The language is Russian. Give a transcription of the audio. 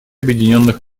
объединенных